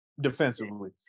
defensively